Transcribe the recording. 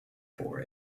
for